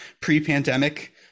pre-pandemic